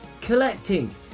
Collecting